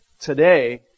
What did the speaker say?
today